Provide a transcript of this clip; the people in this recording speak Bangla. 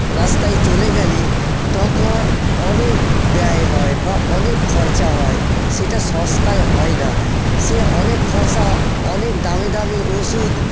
রাস্তায় চলে গেলে তখন অনেক ব্যয় হয় বা অনেক খরচা হয় সেটা সস্তায় হয় না সে অনেক খরচা অনেক দামি দামি ওষুধ